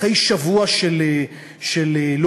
אחרי שבוע של לוחמה,